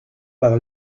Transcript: par